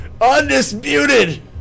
Undisputed